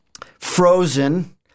frozen